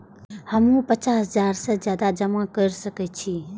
हमू पचास हजार से ज्यादा जमा कर सके छी?